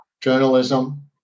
Journalism